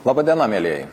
laba diena mielieji